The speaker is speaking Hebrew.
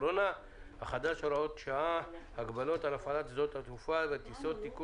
הקורונה החדש (הוראת שעה)(הגבלות על הפעלת שדות תעופה וטיסות)(תיקון),